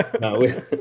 No